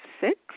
six